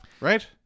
Right